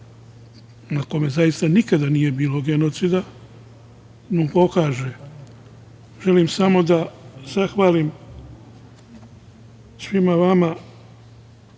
na kome zaista nikada nije bilo genocida, da mu pokaže. Želim samo da zahvalim svima vama